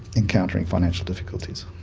encountering financial difficulties.